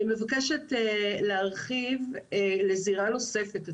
אני מבקשת להרחיב לזירה נוספת.